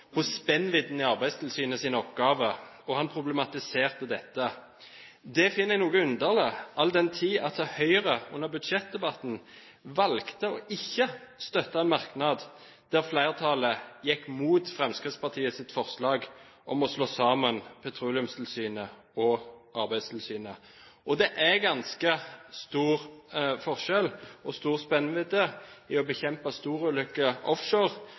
spennvidden i Arbeidstilsynets oppgaver, og han problematiserte dette. Det finner jeg noe underlig, all den tid Høyre under budsjettdebatten valgte ikke å støtte en merknad der flertallet gikk mot Fremskrittspartiets forslag om å slå sammen Petroleumstilsynet og Arbeidstilsynet. Det er ganske stor forskjell – og stor spennvidde – på å bekjempe store ulykker offshore